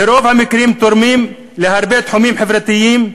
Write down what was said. ברוב המקרים תורמות להרבה תחומים חברתיים,